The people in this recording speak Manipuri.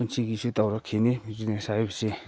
ꯄꯨꯟꯁꯤꯒꯤꯁꯨ ꯇꯧꯔꯛꯈꯤꯅꯤ ꯕꯤꯖꯤꯅꯦꯁ ꯍꯥꯏꯕꯁꯤ